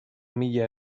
mila